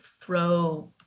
throw